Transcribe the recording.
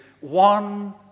One